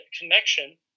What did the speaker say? connection